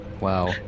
Wow